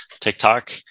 TikTok